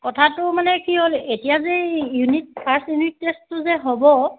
কথাটো মানে কি হ'ল এতিয়া যে এই ইউনিট ফাৰ্ষ্ট ইউনিট টেষ্টটো যে হ'ব